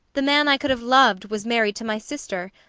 the man i could have loved was married to my sister,